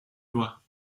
loi